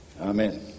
Amen